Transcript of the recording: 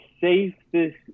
safest